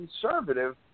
conservative